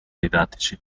didattici